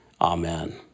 Amen